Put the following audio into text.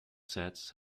sets